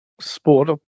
sport